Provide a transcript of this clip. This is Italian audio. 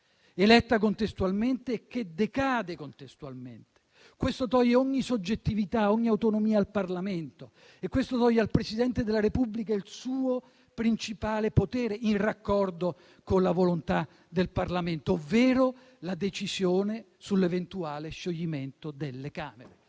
eletta contestualmente e che decade contestualmente. Questo toglie ogni soggettività e ogni autonomia al Parlamento, e questo toglie al Presidente della Repubblica il suo principale potere, in raccordo con la volontà del Parlamento, ovvero la decisione sull'eventuale scioglimento delle Camere.